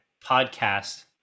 podcast